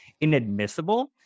inadmissible